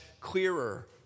clearer